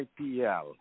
IPL